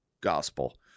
gospel